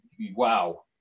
Wow